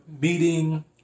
meeting